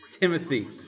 Timothy